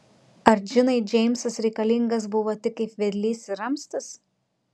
ar džinai džeimsas reikalingas buvo tik kaip vedlys ir ramstis